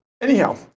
Anyhow